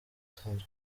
nsanzwe